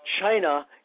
China